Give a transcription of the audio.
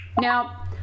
now